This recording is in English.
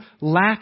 lack